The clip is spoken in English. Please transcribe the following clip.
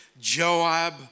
Joab